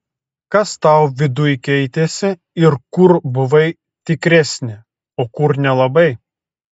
kas tau viduj keitėsi ir kur buvai tikresnė o kur nelabai